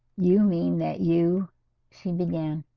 you mean that you she began?